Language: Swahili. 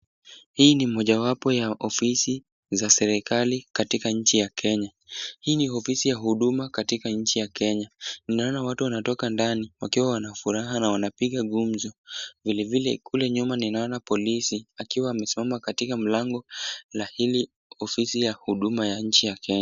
Hii ni mojawapo ya ofisi za serikali katika nchi ya Kenya. Hii ni ofisi ya huduma katika nchi ya Kenya. Naona watu wanatoka ndani wakiwa wana furaha na wanapiga gumzo. Vilevile kule nyuma ninaona polisi akiwa amesimama katika mlango la hili ofisi ya huduma ya nchi ya Kenya.